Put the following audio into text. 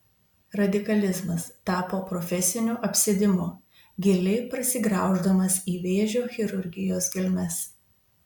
radikalizmas tapo profesiniu apsėdimu giliai prasigrauždamas į vėžio chirurgijos gelmes